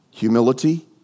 humility